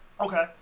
Okay